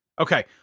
Okay